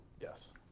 yes